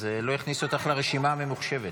אז לא הכניסו אותך לרשימה הממוחשבת.